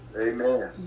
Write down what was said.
amen